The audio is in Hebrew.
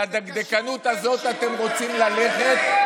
לדקדקנות הזאת אתם רוצים ללכת,